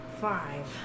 Five